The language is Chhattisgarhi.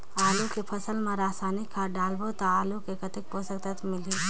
आलू के फसल मा रसायनिक खाद डालबो ता आलू कतेक पोषक तत्व मिलही?